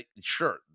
sure